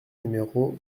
numéro